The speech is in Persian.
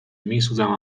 میسوزم